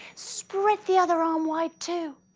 spread the other arm wide to.